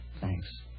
Thanks